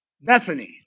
Bethany